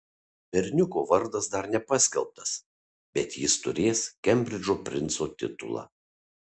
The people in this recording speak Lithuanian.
berniuko vardas dar nepaskelbtas bet jis turės kembridžo princo titulą